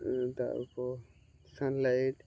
তারপর সানলাইট